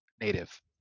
native